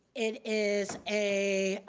it is a,